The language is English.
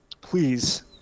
please